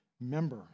member